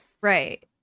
Right